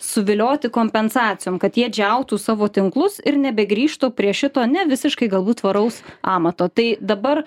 suvilioti kompensacijom kad jie džiautų savo tinklus ir nebegrįžtų prie šito ne visiškai galbūt tvaraus amato tai dabar